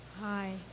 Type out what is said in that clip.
Hi